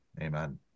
amen